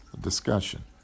discussion